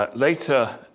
but later,